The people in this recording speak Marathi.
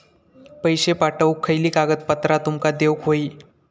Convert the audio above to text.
पैशे पाठवुक खयली कागदपत्रा तुमका देऊक व्हयी?